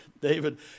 David